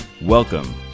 Welcome